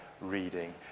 reading